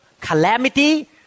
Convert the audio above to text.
calamity